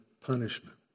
punishment